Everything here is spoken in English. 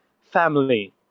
family